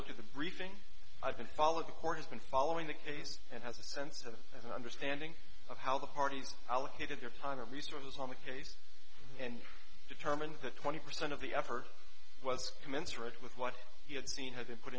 looked at the briefing i've been followed the court has been following the case and has a sense of an understanding of how the parties allocated their time and resources on the case and determined that twenty percent of the effort was commensurate with what he had seen had been put